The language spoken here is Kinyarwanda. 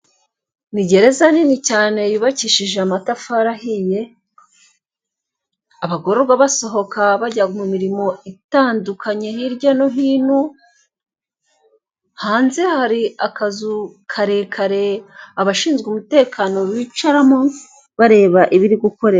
Ni gereza nini cyane yubakishije amatafari ahiye abagororwa basohoka bajya mu mirimo itandukanye hirya no hino, hanze hari akazu karekare abashinzwe umutekano bicaramo bareba ibiri gukorerwaho.